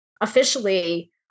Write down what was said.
officially